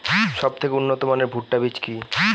সবথেকে উন্নত মানের ভুট্টা বীজ কি?